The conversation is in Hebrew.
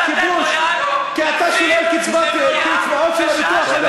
הכיבוש כי אתה שולל קצבאות של הביטוח הלאומי?